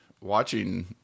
watching